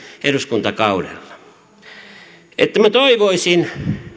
eduskuntakaudella minä toivoisin